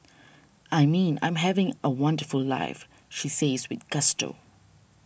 I mean I'm having a wonderful life she says with gusto